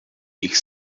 ich